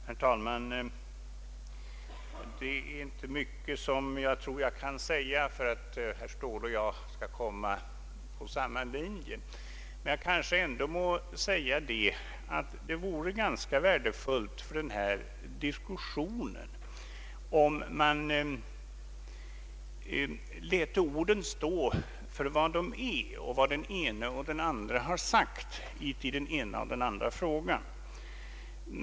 Herr talman! Det är inte mycket jag kan säga för att herr Ståhle och jag skall komma på samma linje. Men jag må kanske ändå säga att det vore värdefullt för diskussionen om man när det gäller vad den ena eller andra har sagt i olika sammanhang läte orden stå för vad de verkligen innebär.